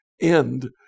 end